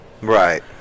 right